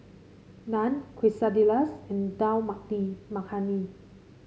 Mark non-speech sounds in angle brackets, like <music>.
Naan Quesadillas and Dal <unintelligible> Makhani